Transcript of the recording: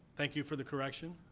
thank you for the correction.